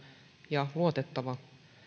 ja luotettava